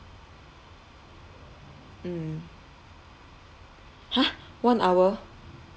mm !huh! one hour